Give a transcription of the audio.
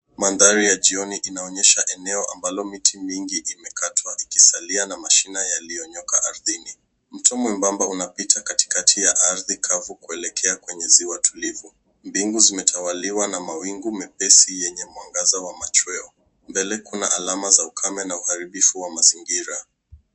Mandhari ya jioni inaonyesha eneo ambalo miti mingi zimekatwa ikisalia na mashina yalionyoka ardhini. Mtoto mwembamba unapita katikati ya ardhi kavu kuelekea kwenye ziwa tulivu. Mbingu zimetawaliwa na mawingu mepesi yenye mwangaza wa machweo. Mbele kuna alama za ukame na uharibifu wa mazingira.